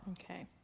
Okay